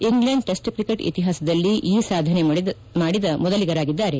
England test cricket ಇತಿಪಾಸದಲ್ಲಿ ಈ ಸಾಧನೆ ಮಾಡಿದ ಮೊದಲಿಗರಾಗಿದ್ದಾರೆ